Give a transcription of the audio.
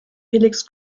felix